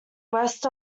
west